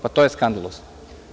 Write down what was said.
Pa, to je skandalozno.